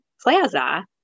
plaza